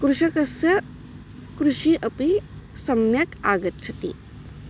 कृषकस्य कृषिः अपि सम्यक् आगच्छति